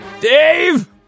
Dave